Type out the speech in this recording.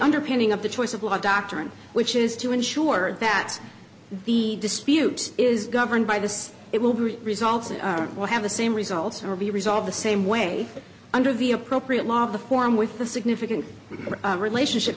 underpinning of the choice of law doctrine which is to ensure that the dispute is governed by this it will be resolved and will have the same results or be resolved the same way under the appropriate law the form with the significant relationship